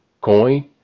coin